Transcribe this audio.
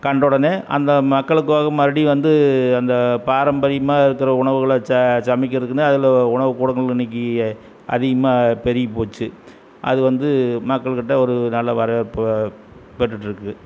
கண்டொடனே அந்த மக்களுக்காக மறுபடியும் வந்து அந்த பாரம்பரியமாக இருக்கிற உணவுகளை ச சமைக்கிறக்குனு அதில் உணவு கூடங்கள் இன்றைக்கி அதிகமாக பெருகிப்போச்சு அது வந்து மக்கள் கிட்ட ஒரு நல்ல வரவேற்பை பெற்றுகிட்ருக்கு